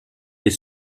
est